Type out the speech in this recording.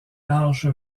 large